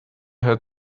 had